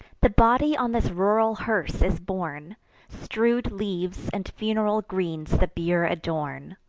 the body on this rural hearse is borne strew'd leaves and funeral greens the bier adorn.